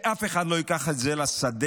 שאף אחד לא ייקח את זה לשדה,